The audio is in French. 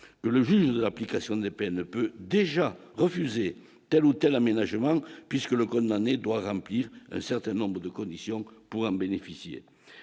cas, le juge de l'application des peines peut déjà refuser telle ou telle aménagement puisque le condamné doit remplir un certain nombre de conditions pour en bénéficier,